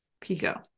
Pico